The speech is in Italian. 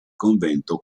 convento